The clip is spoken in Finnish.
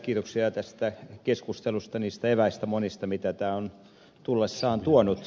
kiitoksia tästä keskustelusta niistä eväistä monista mitä tämä on tullessaan tuonut